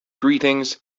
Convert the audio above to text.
greetings